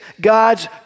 God's